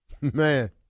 Man